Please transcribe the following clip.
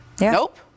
Nope